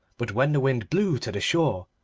but when the wind blew to the shore,